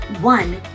One